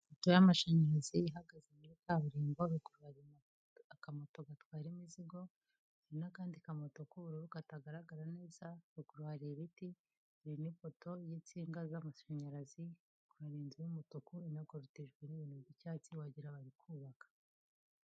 Ipoto y'amashanyarazi ihagaze muri kaburimbo ruguru hari akamoto gatwara imizigo n'akandi kamoto k'ubururu katagaragara neza ruguru hari ibiti , hari n' ipoto y'insinga z'amashanyarazi hari inzu y'umutuku ikozitejwe ibyatsi wagira bari kubaka.